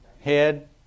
head